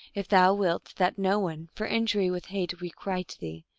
if thou wilt that no one for injury with hate requite thee.